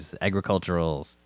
agricultural